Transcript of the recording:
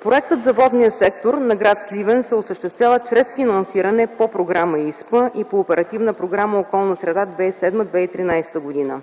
Проектът за водния сектор на гр. Сливен се осъществява чрез финансиране по Програма ИСПА и по Оперативна програма „Околна среда 2007-2013 г.”